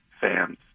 fans